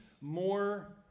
more